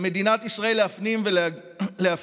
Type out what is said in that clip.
על מדינת ישראל להפנים ולהבין: